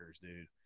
dude